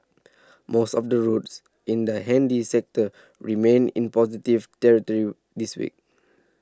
most of the routes in the handy sector remained in positive territory this week